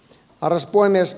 arvoisa puhemies